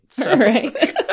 Right